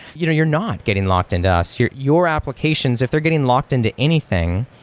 you know you're not getting locked into us. your your applications if they're getting locked into anything,